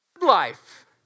Life